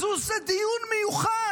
אז הוא עושה דיון מיוחד